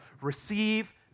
receive